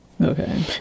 Okay